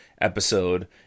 episode